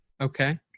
Okay